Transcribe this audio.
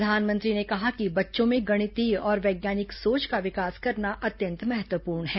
प्रधानमंत्री ने कहा कि बच्चों में गणितीय और वैज्ञानिक सोच का विकास करना अत्यंत महत्वपूर्ण है